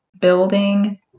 building